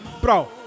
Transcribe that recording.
bro